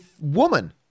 woman